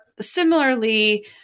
similarly